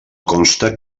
consta